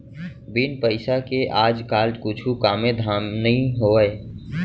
बिन पइसा के आज काल कुछु कामे धाम नइ होवय